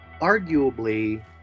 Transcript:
arguably